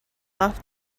off